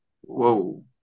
whoa